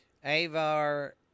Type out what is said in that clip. Avar